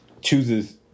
chooses